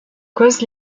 cause